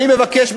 אני מבקש,